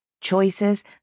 choices